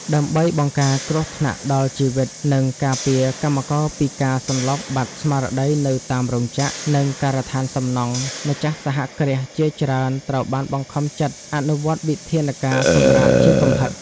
ដើម្បីបង្ការគ្រោះថ្នាក់ដល់ជីវិត និងការពារកម្មករពីការសន្លប់បាត់ស្មារតីនៅតាមរោងចក្រ និងការដ្ឋានសំណង់ ម្ចាស់សហគ្រាសជាច្រើនត្រូវបានបង្ខំចិត្តអនុវត្តវិធានការសម្រាកជាកំហិត។